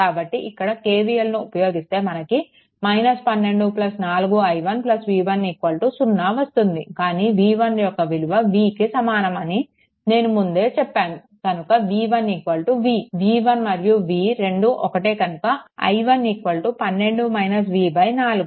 కాబట్టి ఇక్కడ KVL ను ఉపయోగిస్తే మనకు is 12 4i1 v1 0 వస్తుంది కానీ v1 యొక్క విలువ vకి సమానం అని నేను ముందే చెప్పాను కనుక v1 v v1 మరియు v రెండు ఒక్కటే కనుక i1 4